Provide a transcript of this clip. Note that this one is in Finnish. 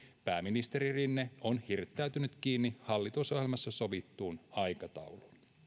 pääministeri rinne on hirttäytynyt kiinni hallitusohjelmassa sovittuun aikatauluun